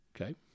Okay